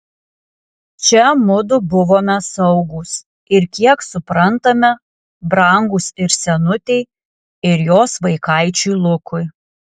čia mudu buvome saugūs ir kiek suprantame brangūs ir senutei ir jos vaikaičiui lukui